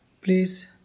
please